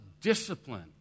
discipline